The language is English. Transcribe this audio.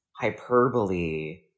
hyperbole